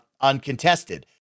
uncontested